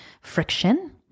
friction